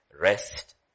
rest